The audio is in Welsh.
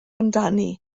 amdani